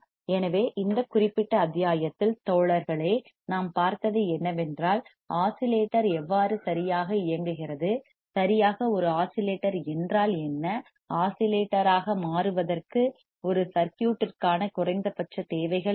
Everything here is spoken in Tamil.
எனவே இந்த குறிப்பிட்ட அத்தியாயத்தில் தோழர்களே நாம் பார்த்தது என்னவென்றால் ஆஸிலேட்டர் எவ்வாறு சரியாக இயங்குகிறது சரியாக ஒரு ஆஸிலேட்டர் என்றால் என்ன ஆஸிலேட்டராக மாறுவதற்கு ஒரு சர்க்யூட் ற்கான குறைந்தபட்ச தேவைகள் என்ன